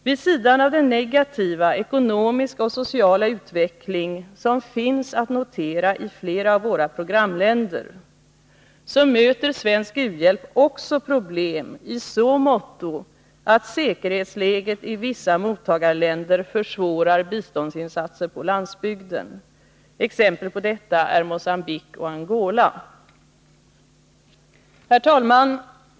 Vid sidan av den negativa ekonomiska och sociala utveckling som finns att notera i flera av våra programländer möter svensk u-hjälp också problem i så måtto att säkerhetsläget i vissa mottagarländer försvårar biståndsinsatser på landsbygden. Exempel på detta är Mogambique och Angola. Herr talman!